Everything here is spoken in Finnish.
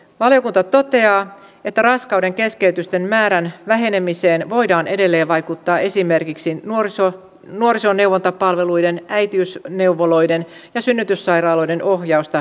valiokunta toteaa että raskaudenkeskeytysten määrän vähenemiseen voidaan edelleen vaikuttaa esimerkiksi nuorisoneuvontapalveluiden äitiysneuvoloiden ja synnytyssairaaloiden ohjausta kehittämällä